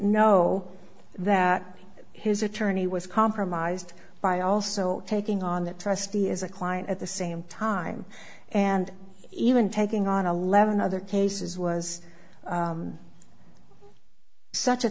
know that his attorney was compromised by also taking on that trustee is a client at the same time and even taking on eleven other cases was such a